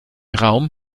raum